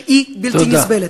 שהיא בלתי נסבלת.